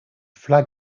flag